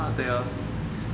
ah 对咯